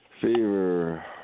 Fever